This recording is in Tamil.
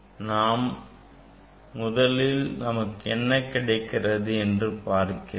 நான் முதலில் நமக்கு என்ன கிடைக்கிறது என்று பார்க்கிறேன்